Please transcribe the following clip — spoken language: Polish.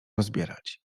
rozbierać